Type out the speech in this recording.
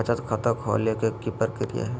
बचत खाता खोले के कि प्रक्रिया है?